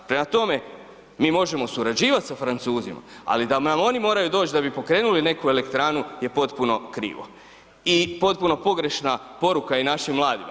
Prema tome, mi možemo surađivati sa Francuzima, ali da nam oni moraju doći da bi pokrenuli neke elektranu je potpuno krivo i potpuno pogrešna poruka i našim mladima.